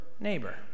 neighbor